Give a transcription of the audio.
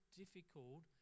difficult